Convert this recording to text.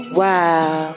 wow